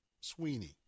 Sweeney